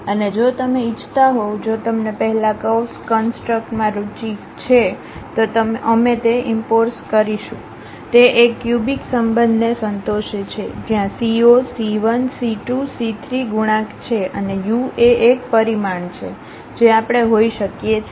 અને જો તમે ઇચ્છતા હોવ જો તમને પહેલા કર્વ્સ કન્સટ્રક્માં રુચિ છે તો અમે તે ઈમ્પોર્સ કરીશું તે એક ક્યુબિક સંબંધને સંતોષે છે જ્યાં c 0 c 1 c 2 c 3 ગુણાંક છે અને યુ એ એક પરિમાણ છે જે આપણે હોઈ શકીએ છીએ